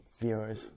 viewers